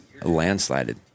landslided